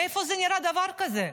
איפה נראה דבר כזה?